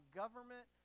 government